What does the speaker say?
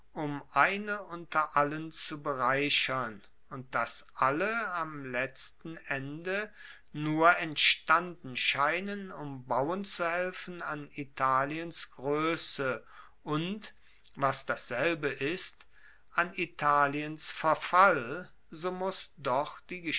um eine unter allen zu bereichern und dass alle am letzten ende nur entstanden scheinen um bauen zu helfen an italiens groesse und was dasselbe ist an italiens verfall so muss doch